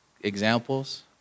examples